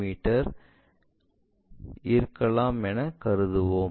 me இருக்கலாம் என்று கருதுவோம்